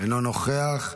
אינו נוכח,